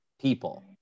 people